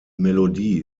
melodie